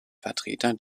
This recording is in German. vertreter